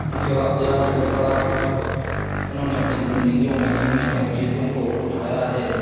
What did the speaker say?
ان کے واقعات کو پڑھا انہوں نے اپنی زندگیوں میں کتنی تکلیفوں کو اٹھایا ہے